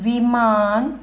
विमान